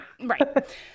Right